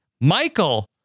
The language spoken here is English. Michael